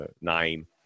name